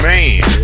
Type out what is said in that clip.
Man